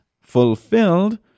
fulfilled